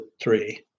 three